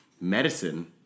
medicine